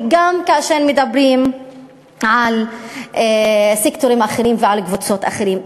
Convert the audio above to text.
וגם כאשר מדברים על סקטורים אחרים ועל קבוצות אחרות,